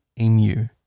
Emu